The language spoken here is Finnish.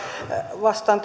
vastaan